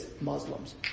Muslims